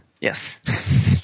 Yes